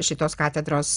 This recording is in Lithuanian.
šitos katedros